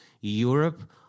Europe